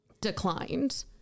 declined